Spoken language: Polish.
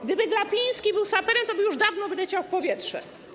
Gdyby Glapiński był saperem, toby już dawno wyleciał w powietrze.